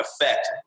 effect